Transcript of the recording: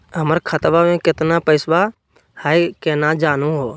हमर खतवा मे केतना पैसवा हई, केना जानहु हो?